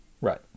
right